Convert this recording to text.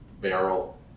Barrel